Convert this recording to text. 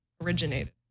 Originated